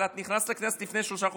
אבל את נכנסת לכנסת לפני שלושה חודשים.